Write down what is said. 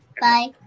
Bye